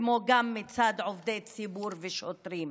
כמו גם מצד עובדי ציבור ושוטרים.